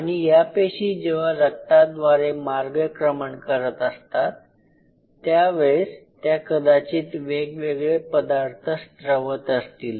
आणि या पेशी जेव्हा रक्ताद्वारे मार्गक्रमण करत असतात त्यावेळेस त्या कदाचित वेगवेगळे पदार्थ स्त्रवत असतील